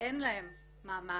ואין להן מעמד